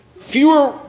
fewer